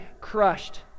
crushed